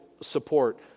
support